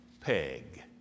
peg